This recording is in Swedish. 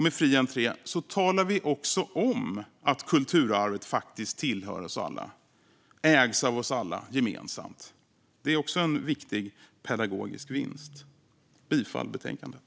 Med fri entré talar vi också om att kulturarvet faktiskt tillhör oss alla, ägs av oss alla, gemensamt. Det är också en viktig pedagogisk vinst. Jag yrkar bifall till utskottets förslag i betänkandet.